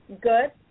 good